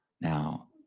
Now